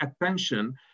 attention